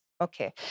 Okay